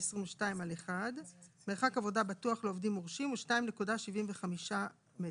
EN50122-1 מרחק עבודה בטוח לעובדים מורשים הוא 2.75 מטרים.